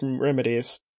remedies